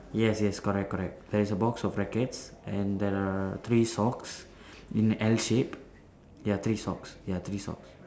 yes yes correct correct there is a box of brackets and there are three socks in L shape ya three socks ya three socks